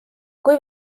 kui